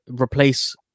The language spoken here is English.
replace